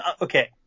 Okay